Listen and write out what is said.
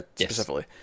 specifically